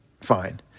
fine